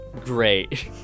great